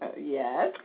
Yes